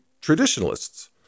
traditionalists